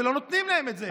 ולא נותנים להם את זה.